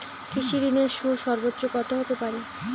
কৃষিঋণের সুদ সর্বোচ্চ কত হতে পারে?